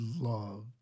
loved